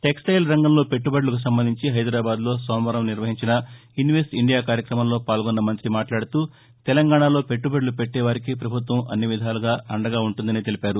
textile రంగంలో పెట్టుబడులకు సంబంధించి హైదరాబాద్లో సోమవారం నిర్వహించిన ఇన్వెస్ట్ ఇండియా కార్యక్రమంలో పాల్గొన్న మంతి మాట్లాడుతూ తెలంగాణలో పెట్టుబడులు పెట్టే వారికి ప్రభుత్వం అన్ని విధాలుగా అండగా ఉంటుందని తెలిపారు